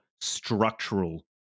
structural